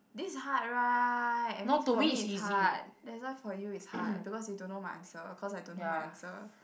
this hard right I mean for me is hard that's why for you is hard because you don't know my answer of course I don't know my answer